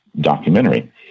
documentary